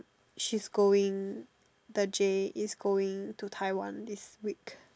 she's going the Jay is going to Taiwan this week